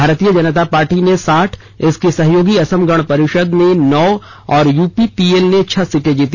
भारतीय जनता पार्टी ने साठ इसकी सहयोगी असम गण परिषद ने नौ और यूपीपीएल ने छह सीटें जीती हैं